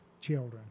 children